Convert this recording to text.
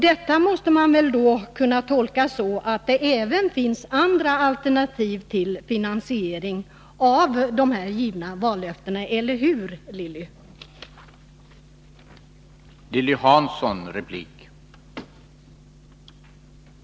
Detta måste man väl kunna tolka så att det även finns andra alternativ till finansiering av de här givna vallöftena, eller hur, Lilly Hansson?